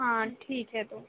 हाँ ठीक है तो